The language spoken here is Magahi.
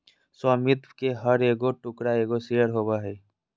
स्वामित्व के हर एगो टुकड़ा एगो शेयर होबो हइ